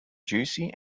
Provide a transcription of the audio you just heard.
juicy